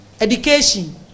education